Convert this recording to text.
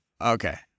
okay